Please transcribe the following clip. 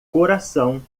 coração